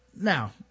now